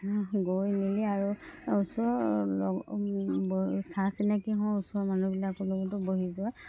গৈ মেলি আৰু ওচৰৰ চা চিনাকি হওঁ ওচৰৰ মানুহবিলাকো লগতো বহি যোৱা